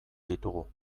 ditugu